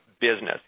business